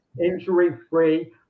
injury-free